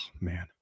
man